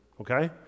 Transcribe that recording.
okay